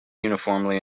uniformly